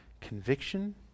conviction